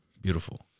beautiful